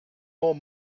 more